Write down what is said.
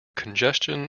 congestion